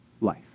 life